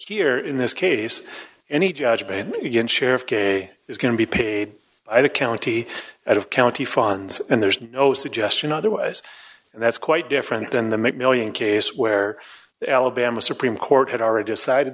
here in this case any judgment you can share of k is going to be paid by the county of county funds and there's no suggestion otherwise and that's quite different than the mcmillian case where the alabama supreme court had already decided